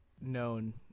known